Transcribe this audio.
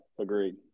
Agreed